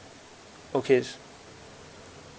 okay